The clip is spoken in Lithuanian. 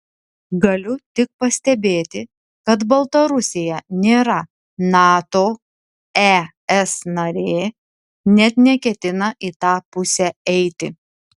galiu tik pastebėti kad baltarusija nėra nato es narė net neketina į tą pusę eiti